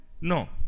No